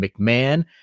McMahon